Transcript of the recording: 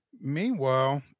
Meanwhile